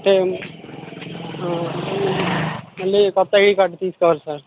అంటే మళ్లీ కొత్త ఐడి కార్డ్ తీసుకోవాలి సార్